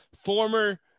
former